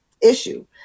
issue